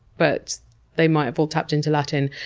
but they might have all tapped into latin.